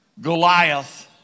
Goliath